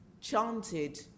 chanted